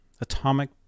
Atomic